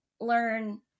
learn